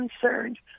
concerned